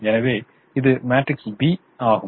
எனவே இது matrix B ஆகும்